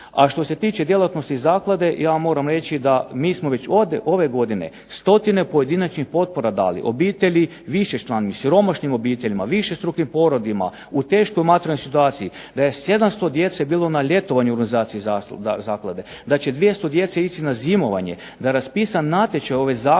A što se tiče djelatnosti zaklade, ja moram reći da mi smo već ove godine stotine pojedinačnih potpora dali obitelji višečlanim, siromašnim obiteljima, višestrukim porodima, u teškoj materijalnoj situaciji, da je 700 djece bilo na ljetovanju u organizaciji zaklade, da će 200 djece ići na zimovanje, da je raspisan natječaj ove zaklade